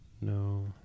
No